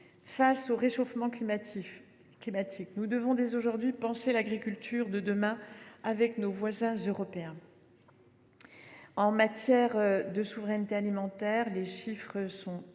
Face au réchauffement climatique, nous devons dès aujourd’hui penser l’agriculture de demain avec nos voisins européens. En matière de souveraineté alimentaire, les chiffres sont très